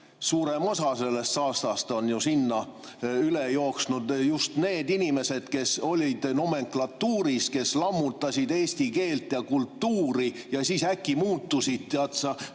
Suurem osa sellest saastast on sinna üle jooksnud – just need inimesed, kes olid nomenklatuuris, kes lammutasid eesti keelt ja kultuuri ja siis äkki muutusid, tead sa,